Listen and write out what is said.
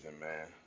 man